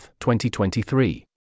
2023